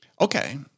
okay